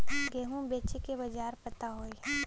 गेहूँ बेचे के बाजार पता होई?